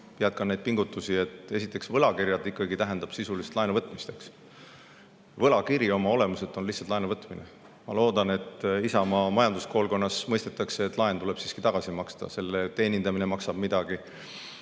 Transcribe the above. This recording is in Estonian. jätkan neid pingutusi. Esiteks, võlakirjad tähendavad ikkagi sisulist laenuvõtmist. Võlakiri oma olemuses on lihtsalt laenuvõtmine. Ma loodan, et Isamaa majanduskoolkonnas mõistetakse, et laen tuleb siiski tagasi maksta ja ka selle teenindamine maksab midagi.